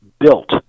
built